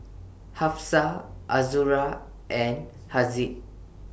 Hafsa Azura and Haziq